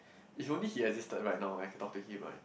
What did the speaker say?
if only he existed right now I can talk to him right